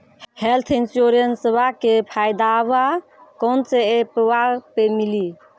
Health इंश्योरेंसबा के फायदावा कौन से ऐपवा पे मिली?